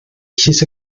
llys